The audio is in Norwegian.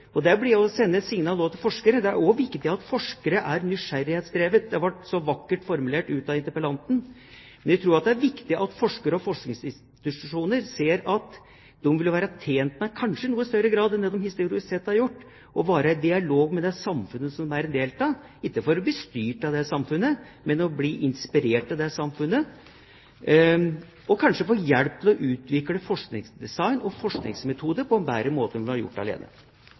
blir å sende et signal også til forskere – at forskere er «nysgjerrighetsdrevet», det ble så vakkert formulert av interpellanten. Men jeg tror det er viktig at forskere og forskningsinstitusjoner ser at de ville være tjent med – kanskje i noe større grad enn de historisk har gjort – å være i dialog med det samfunnet de er en del av, ikke for å bli styrt av det samfunnet, men for å bli inspirert av det samfunnet og kanskje få hjelp til å utvikle forskningsdesign og forskningsmetode på en bedre måte enn de ville ha gjort alene.